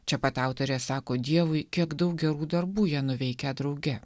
čia pat autorė sako dievui kiek daug gerų darbų jie nuveikę drauge